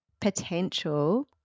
potential